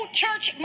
church